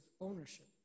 ownership